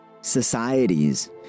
societies